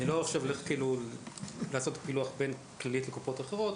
אני לא אלך עכשיו לעשות פילוח בין כללית לקופות אחרות,